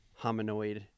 hominoid